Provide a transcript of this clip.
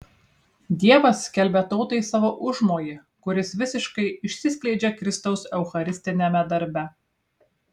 dievas skelbia tautai savo užmojį kuris visiškai išsiskleidžia kristaus eucharistiniame darbe